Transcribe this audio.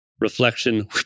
reflection